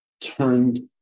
turned